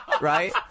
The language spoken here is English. Right